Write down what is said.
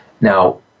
Now